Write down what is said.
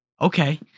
Okay